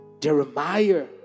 jeremiah